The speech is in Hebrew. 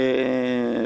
הסיעה.